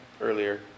earlier